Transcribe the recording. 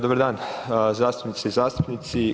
Dobar dan zastupnici i zastupnici.